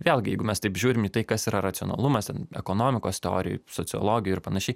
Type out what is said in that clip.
vėlgi jeigu mes taip žiūrim į tai kas yra racionalumas ekonomikos teorijoj sociologijoj ir panašiai